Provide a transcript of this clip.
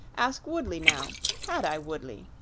ask woodley now had i, woodley?